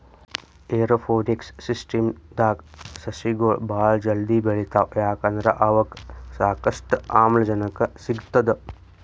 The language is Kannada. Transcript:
ಏರೋಪೋನಿಕ್ಸ್ ಸಿಸ್ಟಮ್ದಾಗ್ ಸಸಿಗೊಳ್ ಭಾಳ್ ಜಲ್ದಿ ಬೆಳಿತಾವ್ ಯಾಕಂದ್ರ್ ಅವಕ್ಕ್ ಸಾಕಷ್ಟು ಆಮ್ಲಜನಕ್ ಸಿಗ್ತದ್